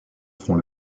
font